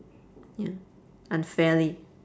ya unfairly